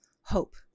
hope